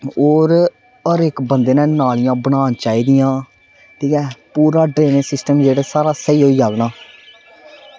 होर हर इक बंदे नै नालियां बनानियां चाहीदियां ठीक ऐ पूरा ड्रेनेज़ सिस्टम जेह्का साढ़ा पूरा स्हेई होई जाह्ग ना